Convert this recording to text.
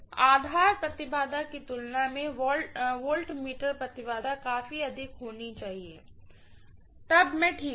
आधार impedance की तुलना में वाल्टमीटर इम्पीडेन्स काफी अधिक होनी चाहिए तब मैं ठीक हूं